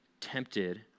tempted